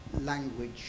language